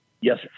Yes